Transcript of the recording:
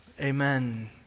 amen